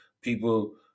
people